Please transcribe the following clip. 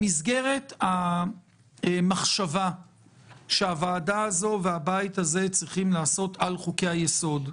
במסגרת המחשבה שהוועדה הזאת והבית הזה צריכים לעשות על חוקי-היסוד,